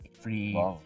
free